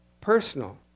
personal